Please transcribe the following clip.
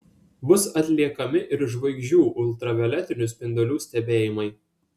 bus atliekami ir žvaigždžių ultravioletinių spindulių stebėjimai